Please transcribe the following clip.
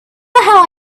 how